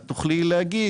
את תוכלי להגיד: